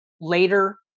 later